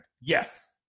Yes